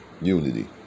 unity